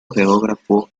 geógrafo